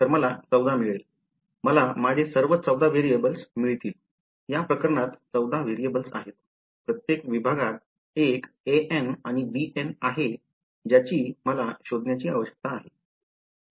तर मला 14 मिळेल मला माझे सर्व 14 व्हेरिएबल्स मिळतील या प्रकरणात 14 व्हेरिएबल्स आहेत प्रत्येक विभागात एक anआणि bn आहे ज्याची मला शोधण्याची आवश्यकता आहे